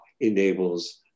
enables